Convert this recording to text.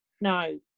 no